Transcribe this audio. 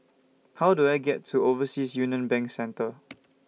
How Do I get to Overseas Union Bank Centre